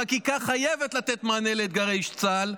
החקיקה חייבת לתת מענה לאתגרי צה"ל.